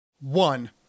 One